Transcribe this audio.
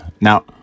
Now